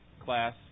class